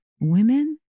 Women